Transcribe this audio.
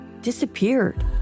disappeared